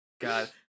God